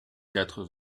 quatre